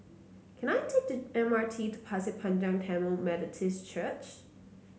can I take the M R T to Pasir Panjang Tamil Methodist Church